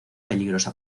peligrosa